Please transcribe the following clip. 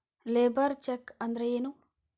Labour check ಅಂದ್ರ ಏನು?